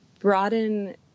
broaden